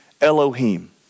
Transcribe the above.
Elohim